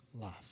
life